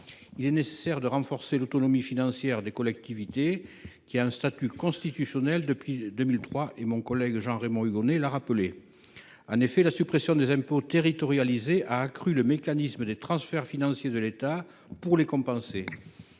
Il est nécessaire de renforcer l’autonomie financière des collectivités, qui a un statut constitutionnel depuis 2003 ; Jean Raymond Hugonet l’a rappelé. En effet, la suppression des impôts territorialisés a accru les mécanismes de transferts financiers de l’État pour les compenser.